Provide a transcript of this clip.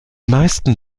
meisten